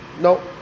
No